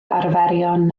arferion